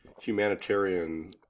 humanitarian